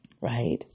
right